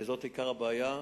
וזה עיקר הבעיה.